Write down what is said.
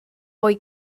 fwy